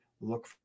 look